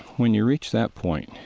when you reach that point,